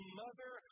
mother